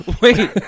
Wait